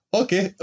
okay